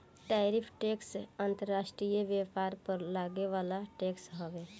tariff tax अंतर्राष्ट्रीय व्यापार पर लागे वाला टैक्स हवे